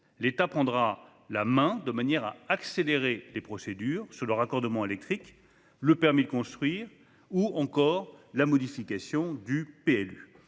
L'État prendra la main, de manière à accélérer les procédures, sur ce qui concerne le raccordement électrique, le permis de construire ou encore la modification du plan